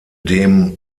dem